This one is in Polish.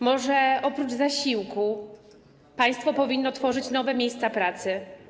Może oprócz zasiłku państwo powinno tworzyć nowe miejsca pracy?